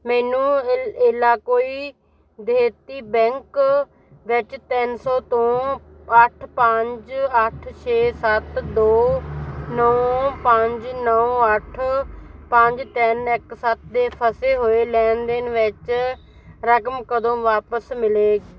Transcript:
ਮੈਨੂੰ ਇੱਲ ਏਲਾਕੁਈ ਦੇਹਤੀ ਬੈਂਕ ਵਿੱਚ ਤਿੰਨ ਸੌ ਤੋਂ ਅੱਠ ਪੰਜ ਅੱਠ ਛੇ ਸੱਤ ਦੋ ਨੌਂ ਪੰਜ ਨੌਂ ਅੱਠ ਪੰਜ ਤਿੰਨ ਇੱਕ ਸੱਤ ਦੇ ਫਸੇ ਹੋਏ ਲੈਣ ਦੇਣ ਵਿੱਚ ਰਕਮ ਕਦੋਂ ਵਾਪਸ ਮਿਲੇਗੀ